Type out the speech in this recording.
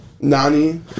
Nani